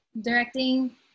directing